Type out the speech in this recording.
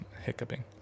hiccuping